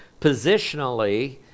positionally